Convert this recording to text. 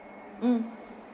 mm